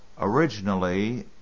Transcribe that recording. Originally